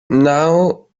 now